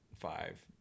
five